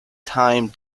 time